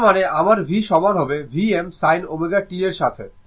তার মানে আমার v সমান হবে Vm sin ω t এর সাথে